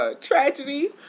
tragedy